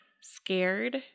scared